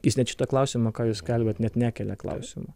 jis net šito klausimo ką jūs skelbiat net nekelia klausimo